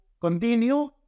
continue